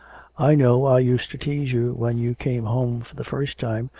i know i used to tease you when you came home for the first time,